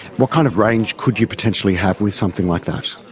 what kind of range could you potentially have with something like that?